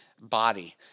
body